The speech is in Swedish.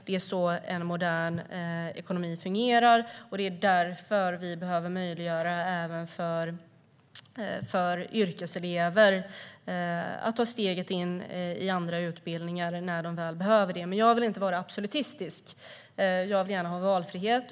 Det är så en modern ekonomi fungerar, och det är därför som vi behöver möjliggöra även för yrkeselever att ta steget in i andra utbildningar när de väl behöver det. Men jag vill inte vara absolutistisk. Jag vill gärna ha valfrihet.